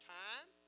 time